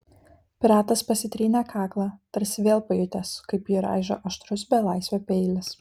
piratas pasitrynė kaklą tarsi vėl pajutęs kaip jį raižo aštrus belaisvio peilis